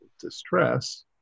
distress